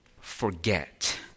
forget